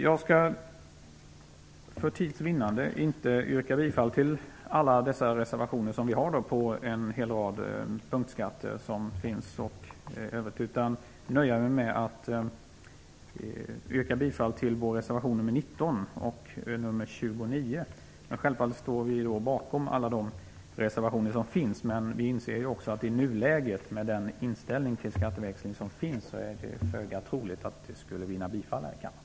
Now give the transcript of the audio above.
Jag skall för tids vinnande inte yrka bifall till alla de reservationer vi har vad t.ex. gäller en hel rad punktskatter, utan nöja mig med att yrka bifall till våra reservationer nr 19 och nr 29. Vi står självfallet bakom alla de reservationer som finns, men vi inser också att det i nuläget, med tanke på inställningen till skatteväxling, är föga troligt att de skulle vinna bifall här i kammaren.